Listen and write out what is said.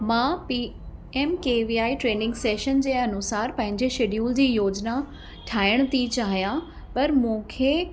मां P M K V I session जे अनुसार पंहिंजे शेड्यूल जी योजना ठाहिण थी चाहियां पर मूंखे